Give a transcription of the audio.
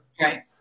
Right